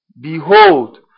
Behold